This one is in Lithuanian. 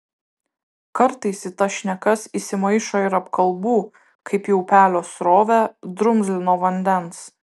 kartais į tas šnekas įsimaišo ir apkalbų kaip į upelio srovę drumzlino vandens